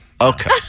Okay